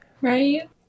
Right